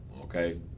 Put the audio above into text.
Okay